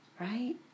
Right